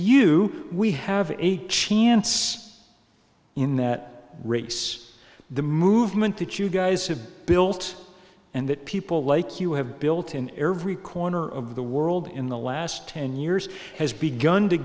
you we have a chance in that race the movement that you guys have built and that people like you have built in every corner of the world in the last ten years has be